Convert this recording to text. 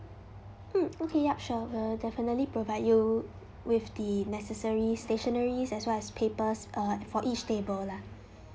mm okay yup sure we'll definitely provide you with the necessary stationeries as well as papers uh for each table lah